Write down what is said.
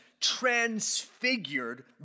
transfigured